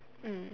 mm